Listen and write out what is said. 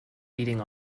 beating